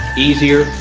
easier,